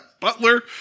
Butler